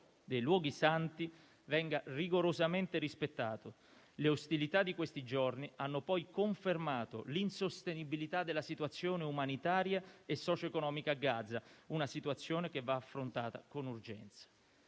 dei luoghi santi venga rigorosamente rispettato. Le ostilità di questi giorni hanno poi confermato l'insostenibilità della situazione umanitaria e socio-economica a Gaza: una situazione che va affrontata con urgenza.